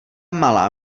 malá